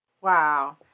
Wow